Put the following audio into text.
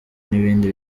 n’ibindi